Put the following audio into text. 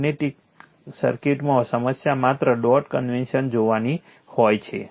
magnetic સર્કિટમાં સમસ્યા માત્ર ડોટ કન્વેન્શન જોવાની હોય છે